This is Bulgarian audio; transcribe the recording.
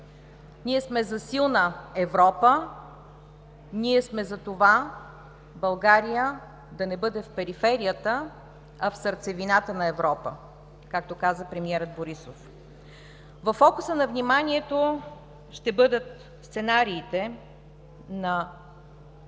Ние сме за силна Европа, ние сме за това, България да не бъде в периферията, а в сърцевината на Европа, както каза премиерът Борисов. Във фокуса на вниманието ще бъдат сценариите,